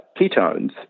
ketones